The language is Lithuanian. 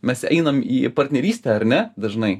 mes einam į partnerystę ar ne dažnai